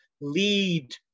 lead